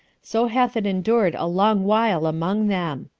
so hath it endured a long while among them.